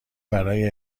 برای